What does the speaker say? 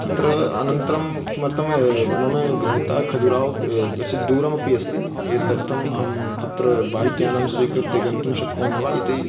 तत्र अनन्तरं किमर्थं मम गृहतः खजुराव् कश्चिद्दूरमपि अस्ति एतदर्थम् अहं तत्र बैक्यानं स्वीकृत्य गन्तुं शक्नोमि वा इति